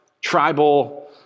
tribal